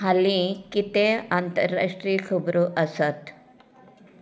हालीं कितें आंतरराश्ट्रीय खबरो आसात